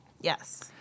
Yes